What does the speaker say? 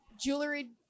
jewelry